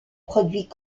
produit